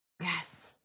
yes